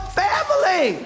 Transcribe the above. family